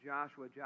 Joshua